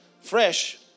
fresh